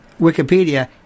Wikipedia